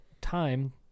time